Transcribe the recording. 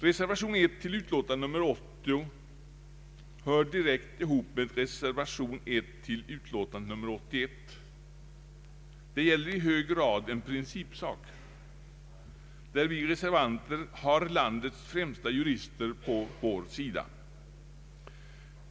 Reservation I till utlåtande nr 80 hör direkt ihop med reservation I till utlåtande nr 81. Det gäller i hög grad en principsak, där vi reservanter har landets främsta jurister på vår sida.